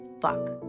fuck